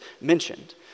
mentioned